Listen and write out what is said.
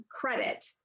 credit